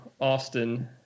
Austin